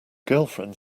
girlfriend